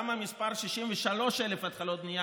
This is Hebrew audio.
גם המספר 63,000 התחלות בנייה,